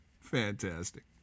Fantastic